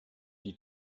die